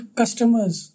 customers